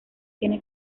tiene